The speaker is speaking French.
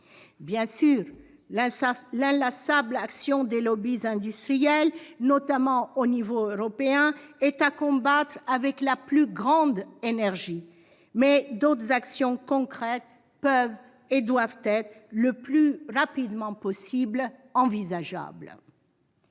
Bien sûr, l'inlassable action des industriels, notamment au niveau européen, est à combattre avec la plus grande énergie. Toutefois, d'autres perspectives concrètes peuvent, et doivent, être le plus rapidement possible, tracées.